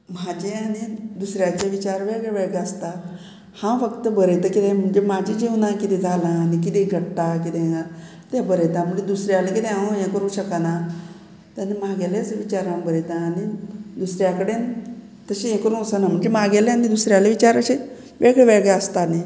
म्हाजे आनी दुसऱ्याचे विचार वेगळे वेगळे आसता हांव फक्त बरयता कितें म्हणजे म्हाजे जिवनां किदें जालां आनी किदें घडटा कितें घाल तें बरयता म्हणजे दुसऱ्या किदें हांव हें करूं शकना तेन्ना म्हागेलेच विचार हांव बरयता आनी दुसऱ्या कडेन तशें हें करूं वसना म्हणजे म्हागेलें आनी दुसऱ्या विचार अशें वेगळे वेगळे आसता न्ही